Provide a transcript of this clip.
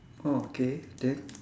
oh K then